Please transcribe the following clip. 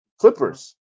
Clippers